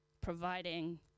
providing